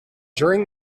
during